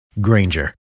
Granger